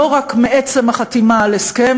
לא רק מעצם החתימה על הסכם,